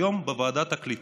היום בוועדת הקליטה,